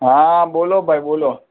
હા બોલો ભાઈ બોલો